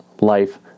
life